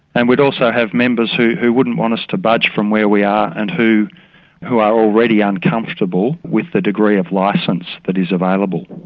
and we'd also have members who who wouldn't want us to budge from where we are and who who are already uncomfortable with the degree of license that is available.